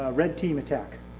red team attack.